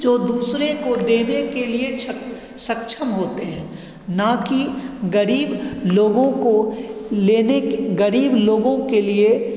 जो दूसरे को देने के लिए छक सक्षम होते हैं ना कि गरीब लोगों को लेने के गरीब लोगों के लिए